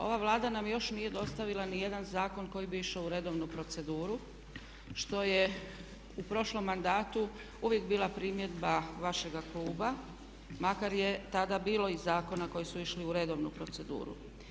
Ova Vlada nam još nije dostavila niti jedan zakon koji bi išao u redovnu proceduru što je u prošlom mandatu uvijek bila primjedba vašega kluba makar je tada bilo i zakona koji su išli u redovnu proceduru.